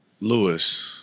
Lewis